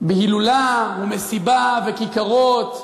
בהילולה ומסיבה וכיכרות וכסף,